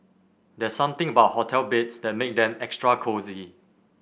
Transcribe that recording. there's something about hotel beds that make them extra cosy